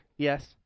Yes